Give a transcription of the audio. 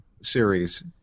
series